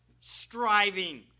striving